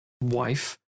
wife